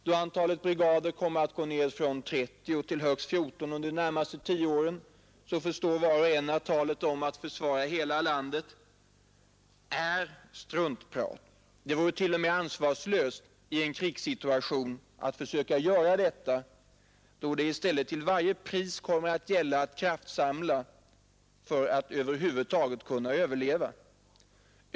Då antalet brigader kommer att gå ned från 30 till högst 14 under de närmaste tio åren förstår var och en att talet om att försvara hela landet är struntprat. Det vore t.o.m. ansvarslöst att i en krigssituation försöka göra detta, då det i stället till varje pris kommer att gälla att kraftsamla för att över huvud taget kunna överleva.